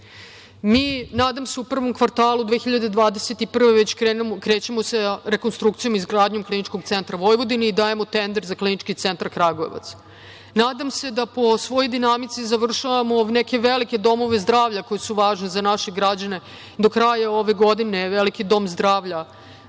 Srbije. Nadam se u prvom kvartalu 2021. godine već krećemo sa rekonstrukcijom i izgradnjom Kliničkog centra Vojvodine i dajemo temelj za Klinički centar Kragujevac. Nadam se da po svoj dinamici završavamo neke velike domove zdravlja koji su važni za naše građane, do kraja ove godine veliki Dom zdravlja